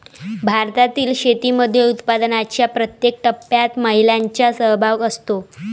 भारतातील शेतीमध्ये उत्पादनाच्या प्रत्येक टप्प्यात महिलांचा सहभाग असतो